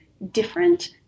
different